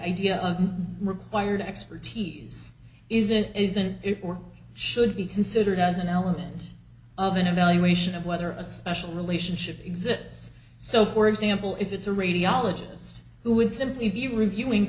idea of required expertise is it isn't it or should be considered as an element of an evaluation of whether a special relationship exists so for example if it's a radiologist who would simply be reviewing